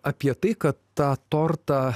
apie tai kad tą tortą